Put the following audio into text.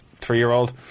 three-year-old